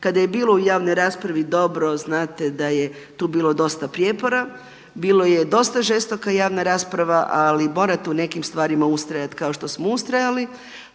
Kada je bilo u javnoj raspravi dobro, znate da je tu bilo dosta prijepora. Bilo je dosta žestoka javna rasprava, ali morate u nekim stvarima ustrajati kao što smo ustrajali.